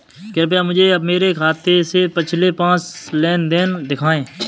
कृपया मुझे मेरे खाते से पिछले पाँच लेन देन दिखाएं